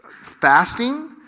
fasting